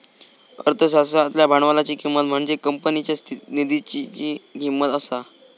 अर्थशास्त्रातल्या भांडवलाची किंमत म्हणजेच कंपनीच्या निधीची किंमत असता